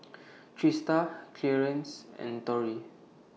Trista Clearence and Torrie